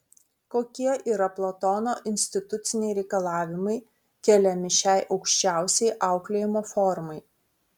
kokie yra platono instituciniai reikalavimai keliami šiai aukščiausiai auklėjimo formai